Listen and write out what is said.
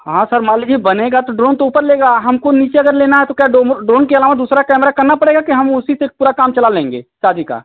हाँ सर मान लीजिए बनेगा तो ड्रोन तो ऊपर लेगा हमको नीचे अगर लेना है तो क्या ड्रोन के अलावा दूसरा कैमरा करना पड़ेगा कि हम उसी से पूरा काम चला लेंगे शादी का